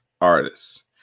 artists